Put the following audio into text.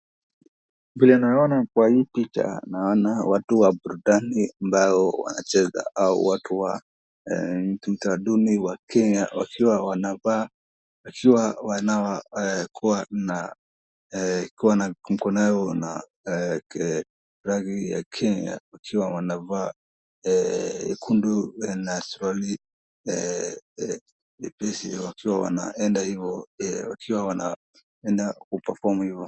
Vile naona kwa hii picha naona watu wa burudani ambao wanacheza au watu wa utamaduni wa Kenya wakiwa mkononi na rangi ya Kenya, wakiwa wamevaa nyekundu na suruali nyepesi wakiwa wanaenda ku perform hivo.